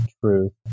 truth